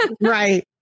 Right